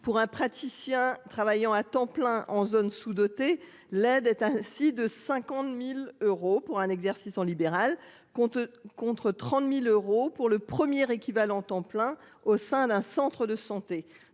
pour un praticien travaillant à temps plein en zones sous-dotées. L'aide est ainsi de 50.000 euros pour un exercice en libéral compte contre 30.000 euros pour le premier équivalents temps plein au sein d'un centre de santé.